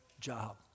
job